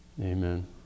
Amen